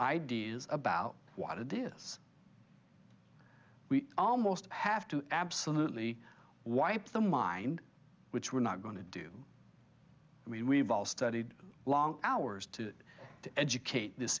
ideas about what it is we almost have to absolutely wipe the mind which we're not going to do i mean we've all studied long hours to educate th